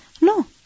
No